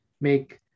make